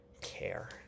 care